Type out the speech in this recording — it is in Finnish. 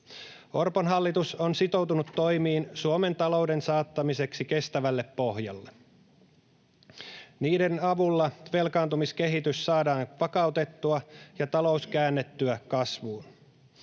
Orpon hallitus on sitoutunut toimiin Suomen talouden saattamiseksi kestävälle pohjalle. Niiden avulla velkaantumiskehitys saadaan vakautettua ja talous käännettyä kasvuun.